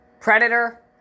Predator